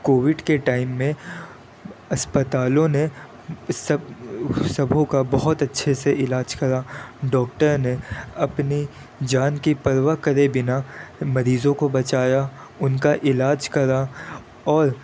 Covid کے time میں اسپتالوں نے سب سبھوں کا بہت اچھے سے علاج کرا ڈاکٹر نے اپنی جان کی پرواہ کرے بنا مریضوں کو بچایا ان کا علاج کرا اور